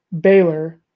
Baylor